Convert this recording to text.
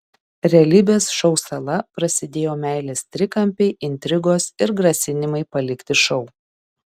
realybės šou sala prasidėjo meilės trikampiai intrigos ir grasinimai palikti šou